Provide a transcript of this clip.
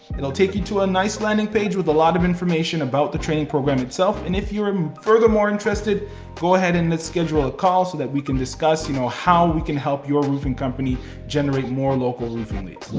it'll take you to a nice landing page with a lot of information about the training program itself. and if you're um further more interested go ahead and let's schedule a call, so that we can discuss you know how we can help your roofing company generate more local roofing leads.